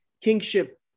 kingship